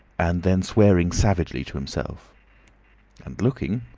and then swearing savagely to himself and looking,